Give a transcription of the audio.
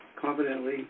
confidently